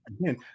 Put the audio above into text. again